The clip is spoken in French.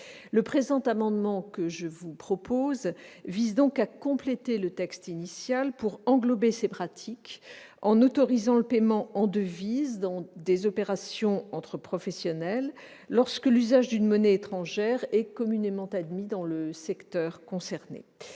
Le présent amendement vise donc à compléter le texte initial pour englober ces pratiques en autorisant le paiement en devises pour des opérations entre professionnels lorsque l'usage d'une monnaie étrangère est communément admis dans le secteur concerné.